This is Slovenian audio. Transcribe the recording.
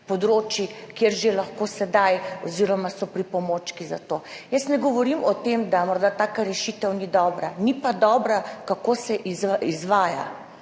kjer lahko že sedaj oziroma so pripomočki za to. Jaz ne govorim o tem, da morda taka rešitev ni dobra, ni pa dobro, kako se izvaja.